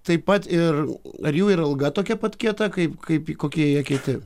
taip pat ir ar jų ir alga tokia pat kieta kaip kaip kokie kieti